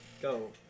Go